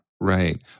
Right